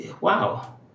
Wow